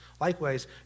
Likewise